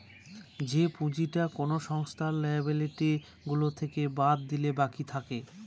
যে পুঁজিটা কোনো সংস্থার লিয়াবিলিটি গুলো থেকে বাদ দিলে বাকি থাকে